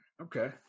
okay